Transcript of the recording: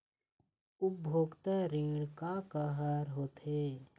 उपभोक्ता ऋण का का हर होथे?